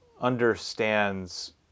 understands